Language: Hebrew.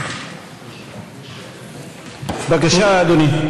בבקשה, אדוני.